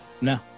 No